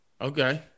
Okay